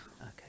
Okay